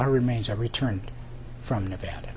her remains are returned from nevada